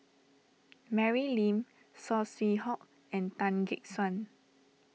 Mary Lim Saw Swee Hock and Tan Gek Suan